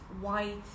white